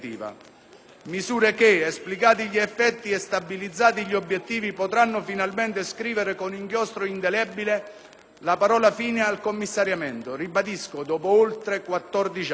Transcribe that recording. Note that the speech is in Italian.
Misure che, esplicati gli effetti e stabilizzati gli obiettivi, potranno finalmente scrivere con inchiostro indelebile la parola fine al commissariamento, ribadisco, dopo oltre 14 anni.